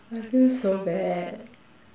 I feel so bad